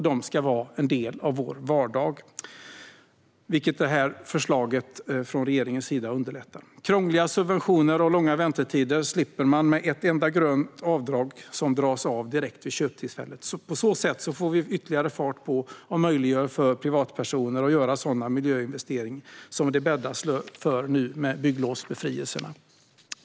De ska vara en del av vår vardag, vilket det här förslaget från regeringen underlättar. Krångliga subventioner och långa väntetider slipper man med ett enda grönt avdrag som görs direkt vid köptillfället. På så sätt får vi ytterligare fart på sådana miljöinvesteringar som det bäddas för med bygglovsbefrielserna och möjliggör för privatpersoner att göra dem.